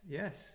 yes